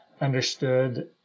understood